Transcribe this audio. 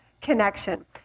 connection